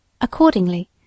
Accordingly